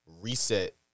reset